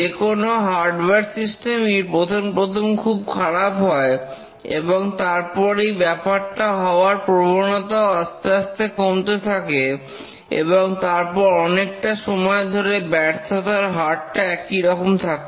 যেকোনো hardware system ই প্রথম প্রথম খুব খারাপ হয় এবং তারপর এই ব্যাপারটা হওয়ার প্রবণতাও আস্তে আস্তে কমতে থাকে এবং তারপর অনেকটা সময় ধরে ব্যর্থতার হারটা একইরকম থাকে